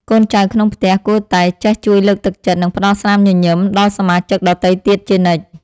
កូនចៅក្នុងផ្ទះគួរតែចេះជួយលើកទឹកចិត្ត និងផ្តល់ស្នាមញញឹមដល់សមាជិកដទៃទៀតជានិច្ច។